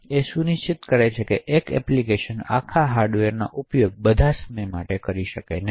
તેથી તે સુનિશ્ચિત કરશે કે એક એપ્લિકેશન આખા હાર્ડવેરનો ઉપયોગ બધા સમય માટે કરતી નથી